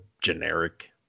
generic